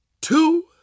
two